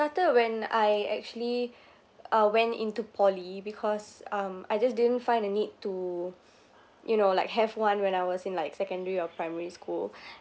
started when I actually uh went into poly because um I just didn't find a need to you know like have one when I was in like secondary or primary school